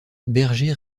berger